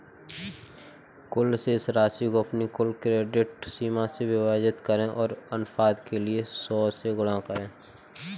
कुल शेष राशि को अपनी कुल क्रेडिट सीमा से विभाजित करें और अनुपात के लिए सौ से गुणा करें